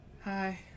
Hi